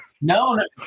No